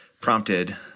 prompted